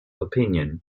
opinion